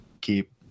keep